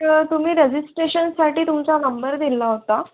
तर तुम्ही रेजिस्ट्रेशनसाठी तुमचा नंबर दिला होता